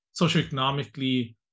socioeconomically